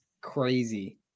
crazy